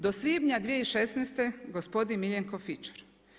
Do svibnja 2016. gospodin Miljenko Fičer.